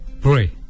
pray